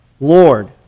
Lord